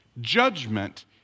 judgment